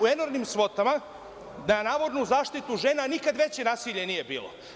U enormnim svotama, na navodnu zaštitu žena, a nikad veće nasilje nije bilo.